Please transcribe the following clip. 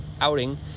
outing